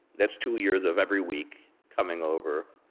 that's two years of every week, coming over,